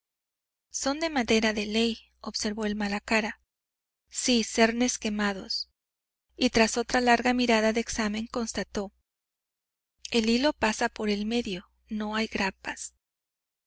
son de madera de ley observó el malacara sí cernes quemados y tras otra larga mirada de examen constató el hilo pasa por el medio no hay grampas